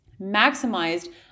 maximized